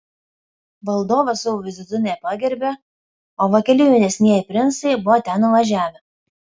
valdovas savo vizitu nepagerbė o va keli jaunesnieji princai buvo ten nuvažiavę